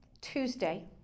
Tuesday